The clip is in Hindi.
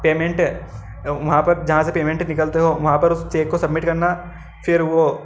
पेमेंट वहाँ पर जहाँ से पेमेंट निकालते हों वहाँ पर उस चेक को सबमिट करना फिर वो